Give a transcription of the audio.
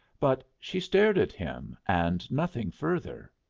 but she stared at him, and nothing further.